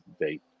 date